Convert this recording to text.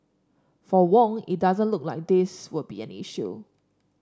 for Wong it doesn't look like this will be an issue